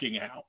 out